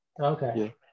Okay